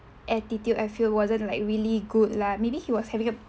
attitude I feel wasn't like really good lah maybe he was having a